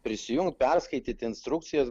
prisijungt perskaityt instrukcijas